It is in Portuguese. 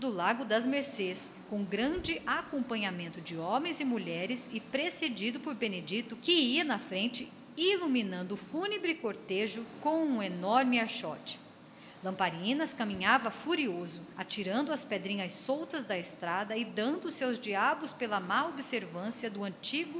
largo das mercês com grande acompanhamento de homens e mulheres benedito ia na frente iluminando o fúnebre cortejo à luz ruiva de um enorme archote alcatroado que ele erguia sobre a cabeça lamparinas caminhava atrás furioso fazendo voar ante seus pés as pedrinhas soltas da estrada e dando-se aos diabos pela má observância do antigo